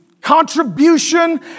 contribution